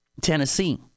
Tennessee